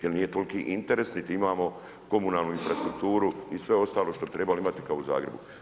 Jer nije toliki interes niti imamo komunalnu infrastrukturu i sve ostalo što bi trebali imati kao u Zagrebu.